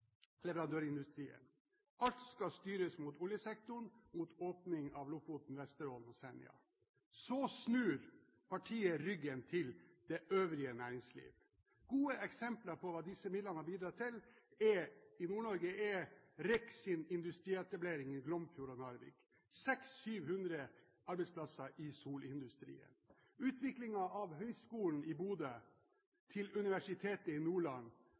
leverandørindustrien. Alt skal styres mot oljesektoren – mot åpning av Lofoten, Vesterålen og Senja. Så snur partiene ryggen til det øvrige næringsliv. Gode eksempler på hva disse midlene har bidratt til i Nord-Norge, er RECs industrietablering i Glomfjord og Narvik – 600–700 arbeidsplasser i solindustrien. Utviklingen av Høgskolen i Bodø til Universitetet i Nordland